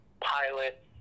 pilot